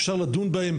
אפשר לדון בהן,